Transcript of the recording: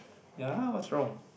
ya what's wrong